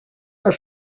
are